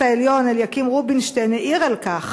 העליון אליקים רובינשטיין העיר על כך